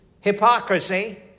hypocrisy